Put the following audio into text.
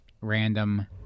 random